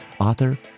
author